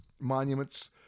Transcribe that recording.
monuments